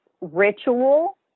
ritual